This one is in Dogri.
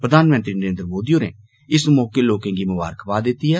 प्रधानमधी नरेंद्र मोदी होरें इस मौक्य लोकें गी ममारकबाद दिती ऐ